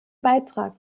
beitrag